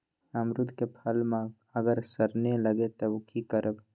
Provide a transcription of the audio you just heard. अमरुद क फल म अगर सरने लगे तब की करब?